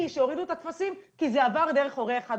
שהורידו את הטפסים כי זה עבר דרך "הורה 1",